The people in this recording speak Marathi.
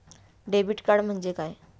डेबिट कार्ड म्हणजे काय?